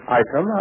item